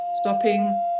stopping